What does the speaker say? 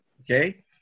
Okay